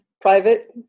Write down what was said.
private